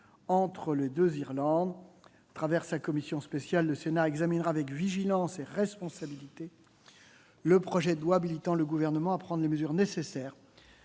entre les deux Irlande. La commission spéciale du Sénat examinera avec vigilance et responsabilité le projet de loi habilitant le Gouvernement à prendre les mesures nécessaires